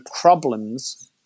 problems